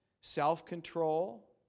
self-control